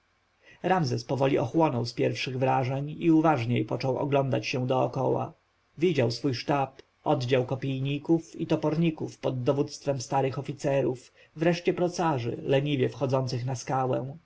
ramzes powoli ochłonął z pierwszych wrażeń i uważniej począł oglądać się dokoła widział swój sztab oddział kopijników i toporników pod dowództwem starych oficerów wreszcie procarzy leniwie wchodzących na skałę